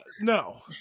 No